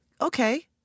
Okay